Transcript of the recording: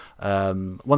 One